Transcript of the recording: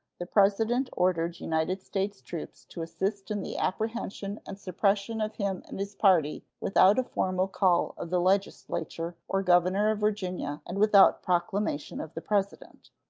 the president ordered united states troops to assist in the apprehension and suppression of him and his party without a formal call of the legislature or governor of virginia and without proclamation of the president.